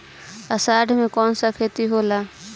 अषाढ़ मे कौन सा खेती होला?